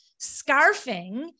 scarfing